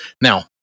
Now